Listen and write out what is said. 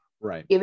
right